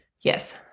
Yes